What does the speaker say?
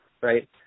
right